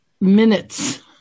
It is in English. minutes